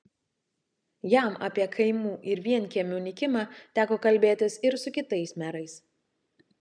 jam apie kaimų ir vienkiemių nykimą teko kalbėtis ir su kitais merais